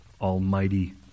Almighty